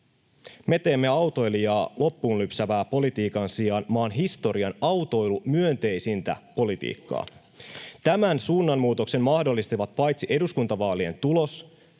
Me teemme autoilijaa loppuun lypsävän politiikan sijaan maan historian autoilumyönteisintä politiikkaa. Tämän suunnanmuutoksen mahdollistivat paitsi eduskuntavaalien tulos,